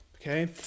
okay